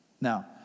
Now